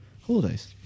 holidays